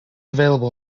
available